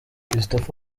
christopher